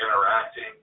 interacting